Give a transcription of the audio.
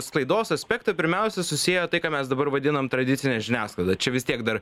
sklaidos aspektą pirmiausia susiejo tai ką mes dabar vadinam tradicine žiniasklaida čia vis tiek dar